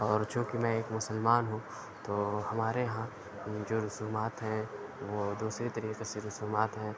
اور چونکہ میں ایک مسلمان ہوں تو ہمارے ہاں جو رسومات ہیں وہ دوسری طریقے سے رسومات ہیں